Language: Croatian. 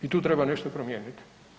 I tu treba nešto promijenit.